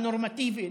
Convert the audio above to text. הנורמטיבית,